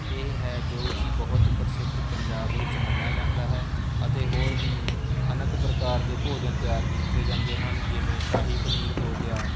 ਇਹ ਹੈ ਜੋ ਕਿ ਬਹੁਤ ਪ੍ਰਸਿੱਧ ਪੰਜਾਬ ਵਿੱਚ ਮੰਨਿਆ ਜਾਂਦਾ ਹੈ ਅਤੇ ਹੋਰ ਵੀ ਅਨੇਕ ਪ੍ਰਕਾਰ ਦੇ ਭੋਜਨ ਤਿਆਰ ਕੀਤੇ ਜਾਂਦੇ ਹਨ ਜਿਵੇਂ ਸ਼ਾਹੀ ਪਨੀਰ ਹੋ ਗਿਆ